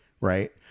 right